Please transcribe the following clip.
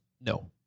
No